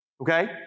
Okay